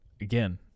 again